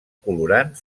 colorant